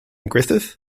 griffith